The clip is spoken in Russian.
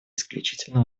исключительно